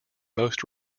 most